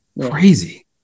crazy